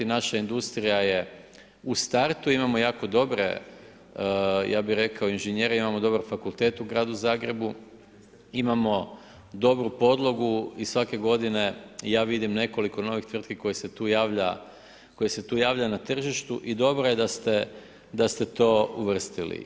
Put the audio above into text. Naša industrija je u startu, imamo jako dobre ja bi rekao inženjere, imamo dobar fakultet u Gradu Zagrebu, imamo dobru podlogu i svake godine, ja vidim nekoliko dobrih tvrtki koje su tu javlja na tržištu i dobro da ste to uvrstili.